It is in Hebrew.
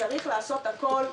וצריך לעשות הכול,